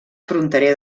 fronterer